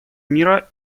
мира